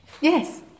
Yes